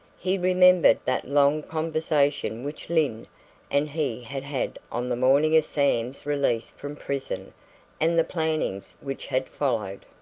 he remembered that long conversation which lyne and he had had on the morning of sam's release from prison and the plannings which had followed.